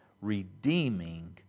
redeeming